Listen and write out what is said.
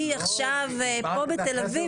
עכשיו בתל אביב --- אני לא חולק על זה.